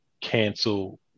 cancel